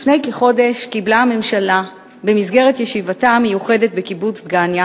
לפני כחודש קיבלה הממשלה במסגרת ישיבתה המיוחדת בקיבוץ דגניה